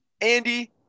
Andy